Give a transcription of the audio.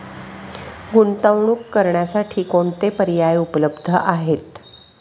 गुंतवणूक करण्यासाठी कोणते पर्याय उपलब्ध आहेत?